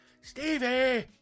Stevie